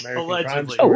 allegedly